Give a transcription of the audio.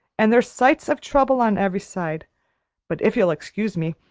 and there's sights of trouble on every side but if you'll excuse me,